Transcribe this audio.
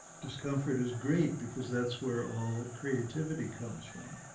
just comfort is great, because that's where all creativity comes from.